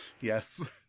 Yes